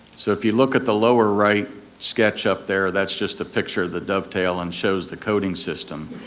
so if you look at the lower right sketch up there, that's just a picture of the dovetail and shows the coating system.